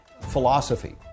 philosophy